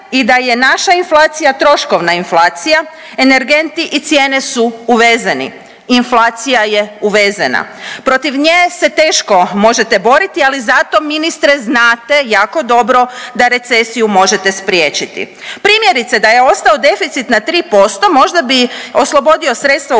da je i naša inflacija troškovna inflacija, energenti i cijene su uvezeni, inflacija je uvezena. Protiv nje se teško možete boriti, ali zato ministre znate jako dobro da recesiju možete spriječiti. Primjerice, da je ostao deficit na 3% možda bi oslobodio sredstva u